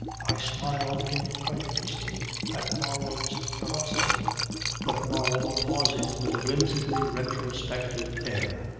i smiled incredulously at marlow's ferocity but marlow pausing with a whimsically retrospective air,